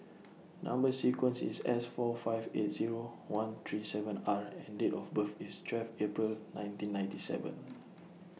Number sequence IS S four five eight Zero one three seven R and Date of birth IS twelve April nineteen ninety seven